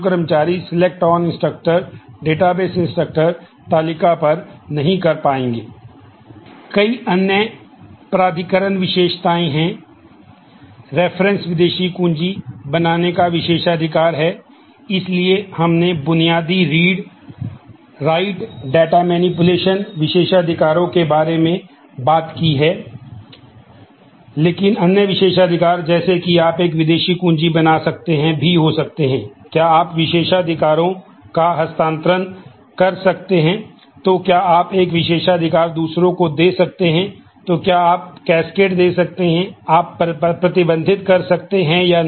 कई अन्य प्राधिकरण विशेषताएं हैं रेफरेंस दे सकते हैं आप प्रतिबंधित कर सकते हैं या नहीं